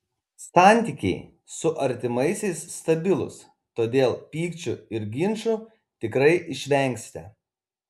santykiai su artimaisiais stabilūs todėl pykčių ir ginčų tikrai išvengsite